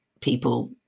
people